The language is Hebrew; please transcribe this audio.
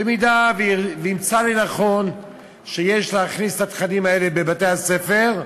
במידה שימצא לנכון שיש להכניס את התכנים האלה בבתי-הספר,